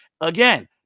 Again